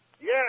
Yes